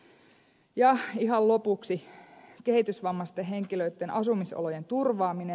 ja ihan lopuksi kehitysvammaisten henkilöitten asumisolojen turvaaminen